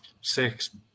six